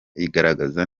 igaragaza